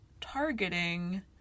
targeting